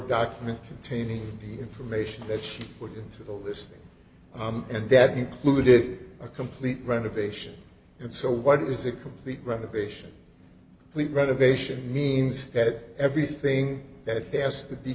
document containing the information that she put into the listing and that included a complete renovation and so what is a complete renovation please read of a ship means that everything that has to be